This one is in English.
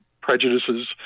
prejudices